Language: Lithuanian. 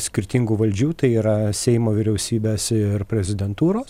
skirtingų valdžių tai yra seimo vyriausybės ir prezidentūros